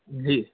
جی